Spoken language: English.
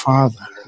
Father